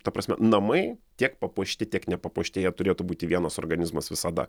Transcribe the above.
ta prasme namai tiek papuošti tiek nepapuošti jie turėtų būti vienas organizmas visada